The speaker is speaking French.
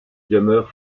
demeure